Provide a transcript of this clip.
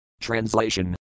Translation